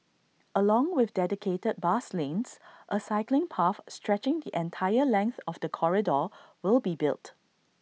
along with dedicated bus lanes A cycling path stretching the entire length of the corridor will be built